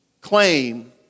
claim